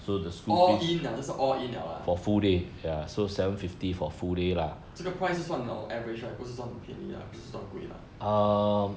all in liao 就是 all in liao lah 这个 price 是算那种 average right 不是说很便宜啊不是说很贵